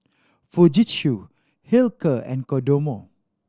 Fujitsu Hilker and Kodomo